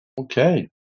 Okay